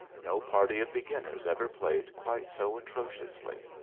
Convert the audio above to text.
no party of beginners ever played quite so atrociously,